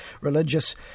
religious